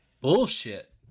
bullshit